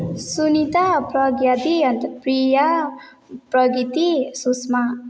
सुनिता प्रज्ञादी अन्त प्रिया प्रकृति सुष्मा